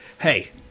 Hey